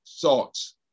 thoughts